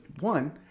one